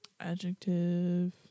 Adjective